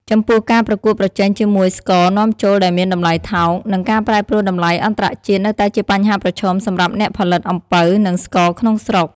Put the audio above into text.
ចំពោះការប្រកួតប្រជែងជាមួយស្ករនាំចូលដែលមានតម្លៃថោក និងការប្រែប្រួលតម្លៃអន្តរជាតិនៅតែជាបញ្ហាប្រឈមសម្រាប់អ្នកផលិតអំពៅ និងស្ករក្នុងស្រុក។